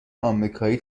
آمریکایی